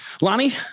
Lonnie